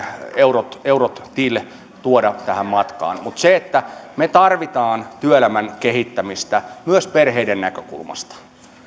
eurot eurot till tuoda tähän matkaan me tarvitsemme työelämän kehittämistä myös perheiden näkökulmasta